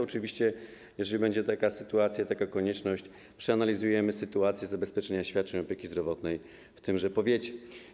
Oczywiście, jeżeli będzie taka sytuacja, taka konieczność, przeanalizujemy sytuację zabezpieczenia świadczeń opieki zdrowotnej w tym powiecie.